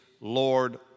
Lord